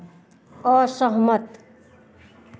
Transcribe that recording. असहमत